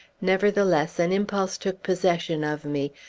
nevertheless, an impulse took possession of me,